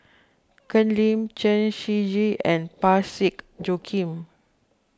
Ken Lim Chen Shiji and Parsick Joaquim